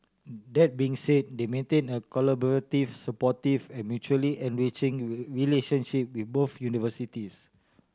that being said they maintain a collaborative supportive and mutually enriching relationship with both universities